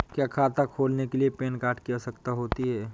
क्या खाता खोलने के लिए पैन कार्ड की आवश्यकता होती है?